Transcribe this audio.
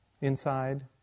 inside